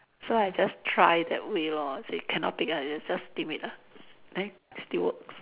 so I just try that way lor see cannot bake ah just steam it ah eh still works